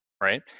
right